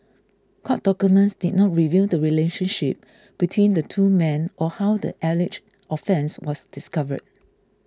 court documents did not reveal the relationship between the two men or how the alleged offence was discovered